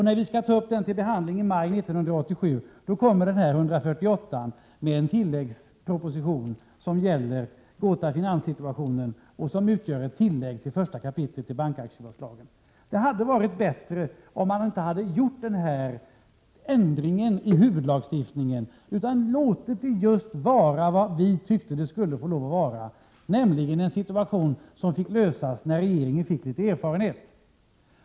När vi skulle ta upp den till behandling i maj 1987 kom proposition 148 med en tilläggsproposition, som gällde Gota Finans situation och som utgjorde ett tillägg till första kapitlet i bankaktiebolagslagen. Det hade varit bättre om man inte hade gjort den ändringen i huvudlagstiftningen utan låtit det vara just vad vi tyckte att det skulle vara, nämligen en situation som fick lösas när regeringen fick litet erfarenhet.